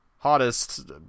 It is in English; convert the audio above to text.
hottest